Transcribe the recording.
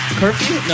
curfew